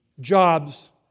jobs